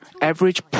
average